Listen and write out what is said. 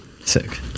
Sick